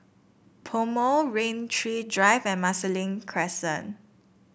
PoMo Rain Tree Drive and Marsiling Crescent